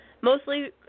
Mostly